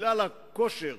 בגלל הכושר